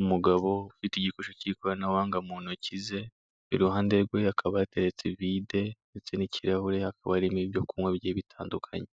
Umugabo ufite igikoresho cy'ikoranabuhanga mu ntoki ze, iruhande rwe hakaba hateretse ivide ndetse n'ikirahure, hakaba harimo ibyo kunywa bigiye bitandukanye,